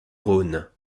rhône